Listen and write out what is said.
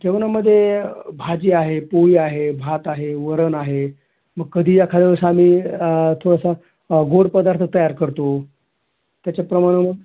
जेवणामध्ये भाजी आहे पोळी आहे भात आहे वरण आहे मग कधी एखाद्या दिवशी आम्ही थोडंसा गोड पदार्थ तयार करतो त्याच्याप्रमाणं मग